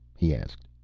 he asked.